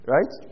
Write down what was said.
Right